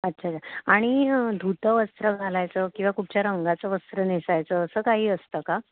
अच्छा अच्छा आणि धूतवस्त्र घालायचं किंवा कुठच्या रंगाचं वस्त्र नेसायचं असं काही असतं का